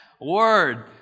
Word